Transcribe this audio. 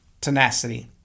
tenacity